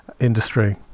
industry